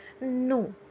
No